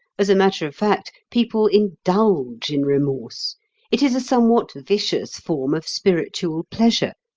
as a matter of fact, people indulge in remorse it is a somewhat vicious form of spiritual pleasure.